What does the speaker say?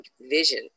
vision